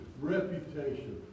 reputation